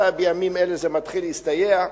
אולי בימים אלה זה מתחיל להסתייע,